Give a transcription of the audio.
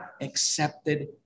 accepted